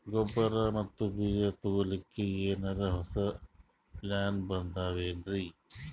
ಗೊಬ್ಬರ ಮತ್ತ ಬೀಜ ತೊಗೊಲಿಕ್ಕ ಎನರೆ ಹೊಸಾ ಪ್ಲಾನ ಬಂದಾವೆನ್ರಿ?